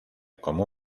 como